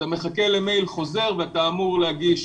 אתה מחכה למייל חוזר ואתה אמור להגיש